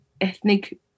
ethnic